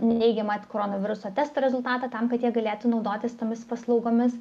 neigiamą koronaviruso testo rezultatą tam kad jie galėtų naudotis tomis paslaugomis